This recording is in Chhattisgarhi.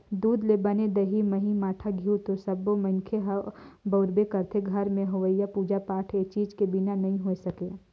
दूद ले बने दही, मही, मठा, घींव तो सब्बो मनखे ह बउरबे करथे, घर में होवईया पूजा पाठ ए चीज के बिना नइ हो सके